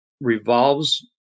revolves